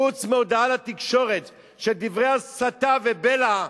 חוץ מהודעה לתקשורת של דברי הסתה ובלע,